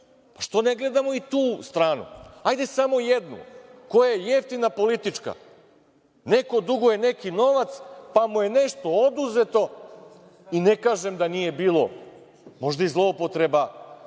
što ne gledamo i tu stranu? Hajde samo jednu, koja je jeftina politička, neko duguje neki novac pa mu je nešto oduzeto i ne kažem da nije bilo, možda i zloupotreba,